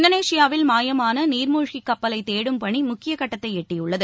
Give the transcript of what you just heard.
இந்தோனேஷியாவில் மாயமான நீர்மூழ்கி கப்பலை தேடும் பணி முக்கிய கட்டத்தை எட்டியுள்ளது